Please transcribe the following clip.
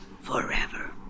forever